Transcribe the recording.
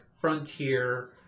frontier